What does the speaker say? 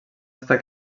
està